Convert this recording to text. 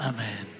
Amen